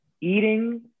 eating